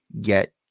get